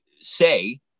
say